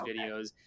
videos